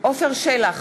עפר שלח,